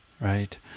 Right